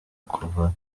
kuva